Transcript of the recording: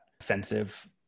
offensive